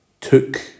took